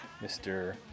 Mr